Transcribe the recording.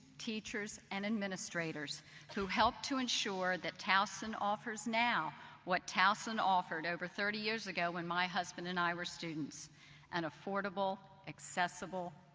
teachers, and administrators who helped to ensure that towson offers now what towson offered over thirty years ago when my husband and i were students an and affordable, accessible,